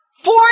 Four